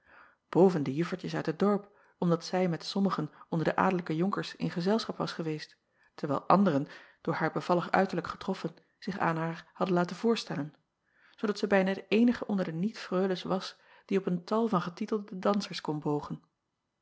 de juffertjes uit het dorp omdat zij met sommigen onder de adellijke jonkers in gezelschap was geweest terwijl anderen door haar acob van ennep laasje evenster delen bevallig uiterlijk getroffen zich aan haar hadden laten voorstellen zoodat zij bijna de eenige onder de niet freules was die op een tal van getitelde dansers kon bogen